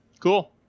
cool